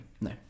No